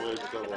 הישיבה ננעלה